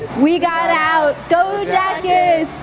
we got out. go jackets!